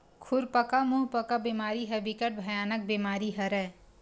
खुरपका मुंहपका बेमारी ह बिकट भयानक बेमारी हरय